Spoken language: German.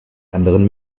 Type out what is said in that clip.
anderen